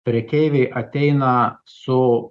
prekeiviai ateina su